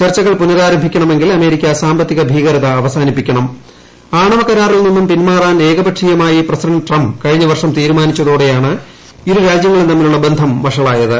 ചർച്ചകൾ പുനരാരംഭിക്കണമെങ്കിൽ അമേരിക്ക സാമ്പത്തിക ഭീകരത അവസാനിപ്പിക്കണം ആണവകരാറിൽ നിന്നും പിന്മാറാൻ ഏകപക്ഷീയമായി പ്രസിഡന്റ് ട്രംപ് കഴിഞ്ഞവർഷം തീരുമാനിച്ചതോടെയാണ് ഇരുരാജൃങ്ങളും തമ്മിലുള്ള ബന്ധം വഷളായത്